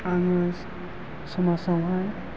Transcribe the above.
आङो समाजाव हाय